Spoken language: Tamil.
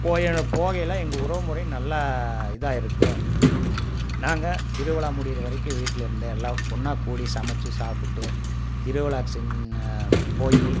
போய் அங்கே போகையில் எங்கள் உறவு முறை நல்லா இதாக இருக்கும் நாங்கள் திருவிழா முடிகிற வரைக்கும் வீட்டில் இருந்து எல்லாம் ஒன்றா கூடி சமச்சு சாப்பிட்டு திருவிழாக்கு சின்ன போய்